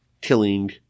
killing